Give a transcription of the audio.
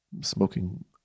smoking